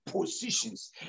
positions